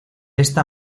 esta